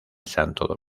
santo